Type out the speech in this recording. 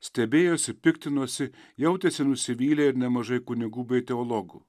stebėjosi piktinosi jautėsi nusivylę ir nemažai kunigų bei teologų